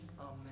Amen